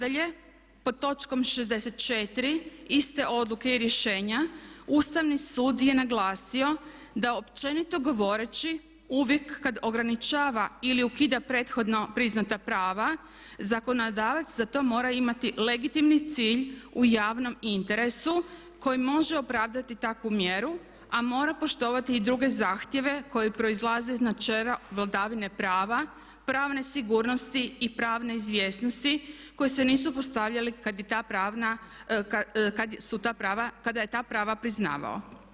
Nadalje, pod točkom 64. iste odluke i rješenja Ustavni sud je naglasio da općenito govoreći uvijek kad ograničava ili ukida prethodno priznata prava zakonodavac za to mora imati legitimni cilj u javnom interesu koji može opravdati takvu mjeru, a mora poštovati i druge zahtjeve koji proizlaze iz načela vladavine prava, pravne sigurnosti i pravne izvjesnosti koji se nisu postavljali kad je ta prava priznavao.